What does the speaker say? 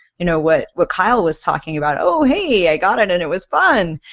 you know, what what kyle was talking about, oh hey, i got it and it was fun!